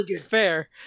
fair